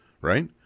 Right